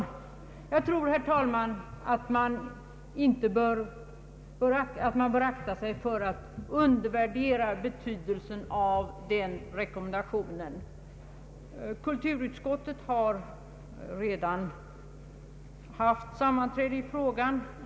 Jag tror, herr talman, att man bör akta sig för att undervärdera betydelsen av den rekommendationen. Kulturutskottet har redan haft ett sammanträde i frågan.